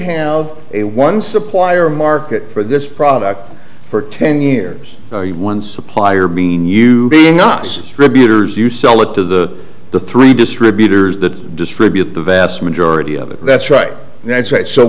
have a one supplier market for this product for ten years one supplier being you being us tribute or as you sell it to the three distributors that distribute the vast majority of it that's right that's right so